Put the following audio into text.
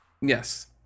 Yes